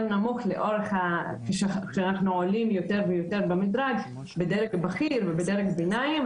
נמוך ככל שאנחנו עולים יותר ויותר במדרג בדרג בכיר ובדרג ביניים.